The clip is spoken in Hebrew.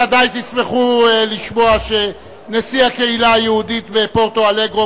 ודאי תשמחו לשמוע שנשיא הקהילה היהודית בפורטו אלגרֶה,